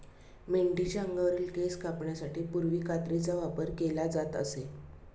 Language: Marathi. मेंढीच्या अंगावरील केस कापण्यासाठी पूर्वी कात्रीचा वापर केला जात असे